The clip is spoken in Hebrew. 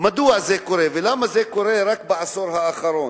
מדוע זה קורה, ולמה זה קורה רק בעשור האחרון?